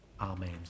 Amen